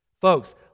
Folks